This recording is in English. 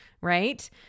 right